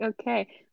okay